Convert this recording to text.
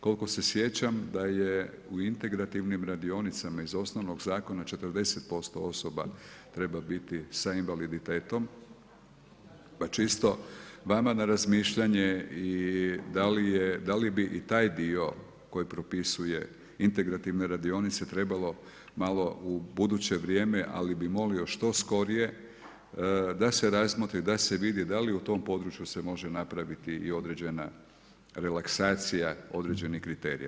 Koliko se sjećam da je u integrativnim radionicama iz osnovnog Zakona 40% osoba treba biti sa invaliditetom, pa čisto vama na razmišljanje i da li bi i taj dio koji propisuje integrativne radionice trebalo malo u buduće vrijeme ali bi molio što skorije da se razmotri, da se vidi da li u tom području se može napraviti i određena relaksacija određenih kriterija.